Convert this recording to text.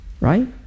right